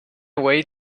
away